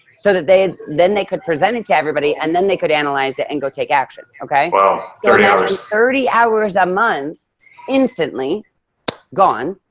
so that they then could present it to everybody and then they could analyze it and go take action, okay? wow, thirty hours. thirty hours a month instantly gone,